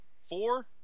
four